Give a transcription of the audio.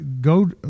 go